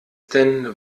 denn